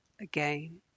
again